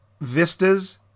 vistas